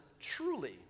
truly